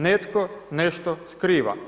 Netko nešto skriva.